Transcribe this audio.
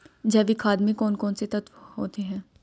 जैविक खाद में कौन कौन से तत्व होते हैं?